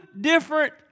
different